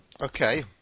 Okay